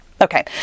Okay